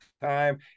time